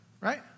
Right